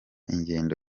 ingendo